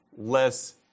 less